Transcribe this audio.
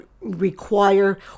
require